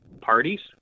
parties